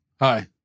hi